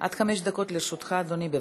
עד חמש דקות לרשותך, אדוני.